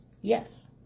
Yes